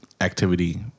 activity